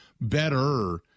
better